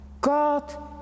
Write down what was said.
God